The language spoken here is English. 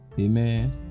amen